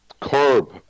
curb